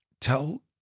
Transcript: tell